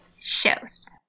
Shows